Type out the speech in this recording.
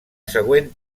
següent